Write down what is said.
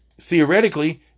Theoretically